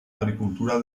agricultura